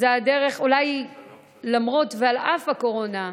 ולמרות ועל אף הקורונה,